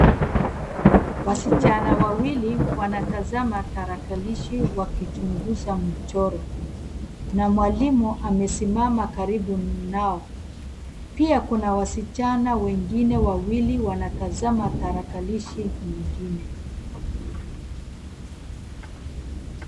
Wasichana wawili wanatazama tarakalishi wakichunguza mchoro na mwalimu amesimama karibu nao. Pia kuna wasichana wengine wawili wanatazama tarakalishi nyingine.